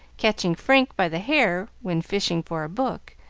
catching frank by the hair when fishing for a book,